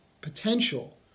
potential